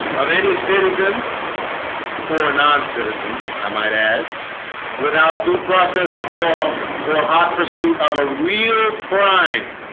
of any citizen or non citizen i might add without due process of law or hot pursuit of a real crime